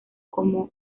como